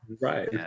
Right